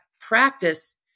practice